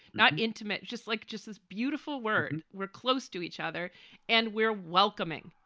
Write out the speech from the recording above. not intimate. just like just this beautiful word. we're close to each other and we're welcoming.